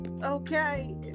okay